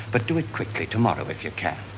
but do it quickly, tomorrow if you can.